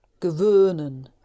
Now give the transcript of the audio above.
Gewöhnen